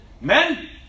Men